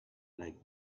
like